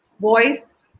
voice